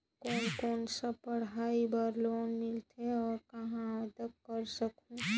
कोन कोन सा पढ़ाई बर लोन मिलेल और कहाँ आवेदन कर सकहुं?